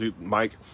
Mike